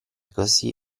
così